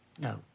No